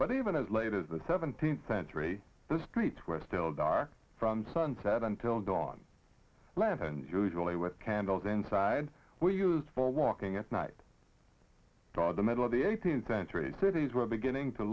but even as late as the seventeenth century the streets were still dark from sunset until dawn lanterns usually with candles inside were used for walking at night the middle of the eighteenth century cities were beginning to